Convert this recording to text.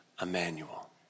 Emmanuel